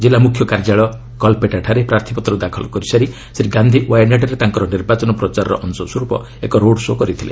ଜିଲ୍ଲା ମୁଖ୍ୟ କାର୍ଯ୍ୟାଳୟ କଲପେଟାଠାରେ ପ୍ରାର୍ଥୀପତ୍ର ଦାଖଲ କରିସାରି ଶ୍ରୀ ଗାନ୍ଧି ୱାୟାନାଡ୍ରେ ତାଙ୍କର ନିର୍ବାଚନ ପ୍ରଚାରର ଅଂଶସ୍ୱରୂପ ଏକ ରୋଡ୍ ଶୋ' କରିଥିଲେ